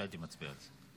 לא הייתי מצביע על זה.